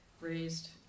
raised